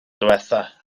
diwethaf